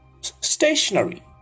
stationary